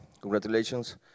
congratulations